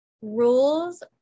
Rules